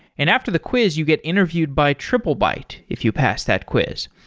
and after the quiz you get interviewed by triplebyte if you pass that quiz.